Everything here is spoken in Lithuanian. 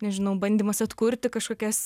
nežinau bandymas atkurti kažkokias